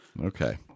Okay